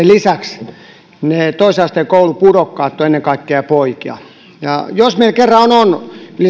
lisäksi toisen asteen koulupudokkaat ovat ennen kaikkea poikia jos meillä kerran on